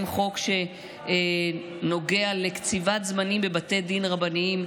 חוק שנוגע לקציבת זמנים בבתי דין רבניים,